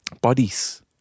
Bodies